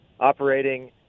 operating